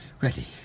Ready